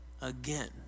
again